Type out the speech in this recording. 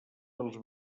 dels